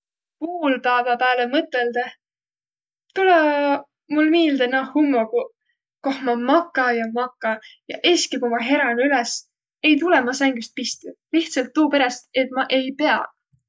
Puulpäävä pääle mõtõldõh tulõ mul miilde naaq hummoguq, koh ma maka ja maka, ja eski ku ma heräne üles, ei tulõq ma sängüst pistü, lihtsält tuuperäst, et ma ei piäq.